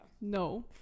No